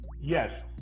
Yes